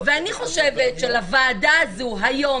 אני חושבת שהוועדה הזאת היום,